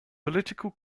political